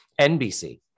NBC